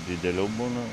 didelių būna